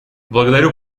благодарю